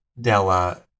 Della